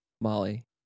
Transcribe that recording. molly